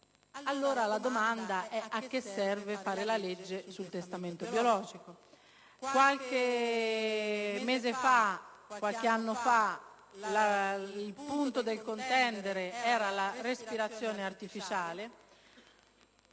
allora la domanda è: a che serve fare la legge sul testamento biologico? Qualche mese fa, qualche anno fa, il punto del contendere era la respirazione artificiale;